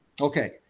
okay